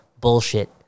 bullshit